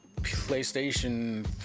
PlayStation